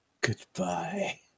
Goodbye